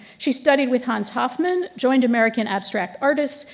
she studied with hans hofmann, joined american abstract artists,